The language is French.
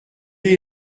est